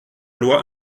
loi